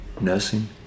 nursing